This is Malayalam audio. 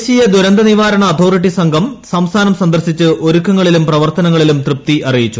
ദേശീയ ദുരന്ത നിവാരണ അതോറിറ്റി സംഘം സംസ്ഥാനം സന്ദർശിച്ച് ഒരുക്കങ്ങളിലും പ്രവർത്തനങ്ങളിലും തൃപ്തി അറിയിച്ചു